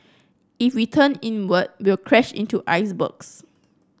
if we turn inward we'll crash into icebergs